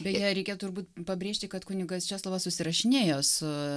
beje reikia turbūt pabrėžti kad kunigas česlovas susirašinėjo su